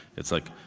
it's like,